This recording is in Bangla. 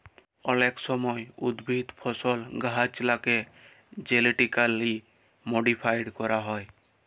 অলেক সময় উদ্ভিদ, ফসল, গাহাচলাকে জেলেটিক্যালি মডিফাইড ক্যরা হয়